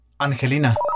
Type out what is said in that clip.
Angelina